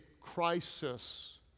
crisis